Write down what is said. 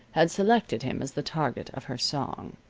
had selected him as the target of her song.